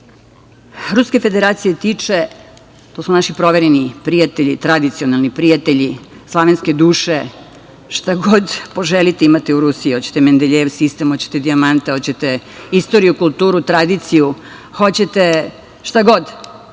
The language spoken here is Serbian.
Ruske Federacije tiče, to su naši provereni prijatelji, tradicionalni prijatelji, slavenske duše, šta god poželite imate u Rusiji. Hoćete Mendeljejev sistem, hoćete dijamante, hoćete istoriju, kulturu, tradiciju, hoćete, šta god,